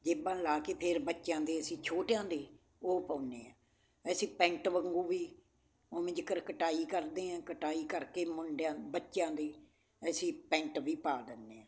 ਜੇਬਾਂ ਲਾ ਕੇ ਫਿਰ ਬੱਚਿਆਂ ਦੇ ਅਸੀਂ ਛੋਟਿਆਂ ਦੇ ਉਹ ਪਾਉਂਦੇ ਹਾਂ ਅਸੀਂ ਪੈਂਟ ਵਾਂਗੂ ਵੀ ਉਵੇਂ ਜਿੱਕਰ ਕਟਾਈ ਕਰਦੇ ਆ ਕਟਾਈ ਕਰਕੇ ਮੁੰਡਿਆ ਬੱਚਿਆਂ ਲਈ ਅਸੀਂ ਪੈਂਟ ਵੀ ਪਾ ਦਿੰਦੇ ਹਾਂ